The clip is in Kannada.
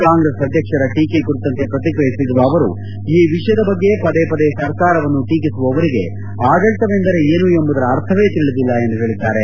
ಕಾಂಗ್ರೆಸ್ ಅಧ್ಲಕ್ಷರ ಟೀಕೆ ಕುರಿತಂತೆ ಪ್ರತಿಕ್ರಿಯಿಸಿದ ಅವರು ಈ ವಿಷಯದ ಬಗ್ಗೆ ಪದೇ ಪದೇ ಸರ್ಕಾರವನ್ನು ಟೀಕಿಸುವವರಿಗೆ ಆಡಳಿತವೆಂದರೆ ಏನು ಎಂಬುದರ ಅರ್ಥವೇ ತಿಳಿದಿಲ್ಲ ಎಂದು ಹೇಳಿದ್ದಾರೆ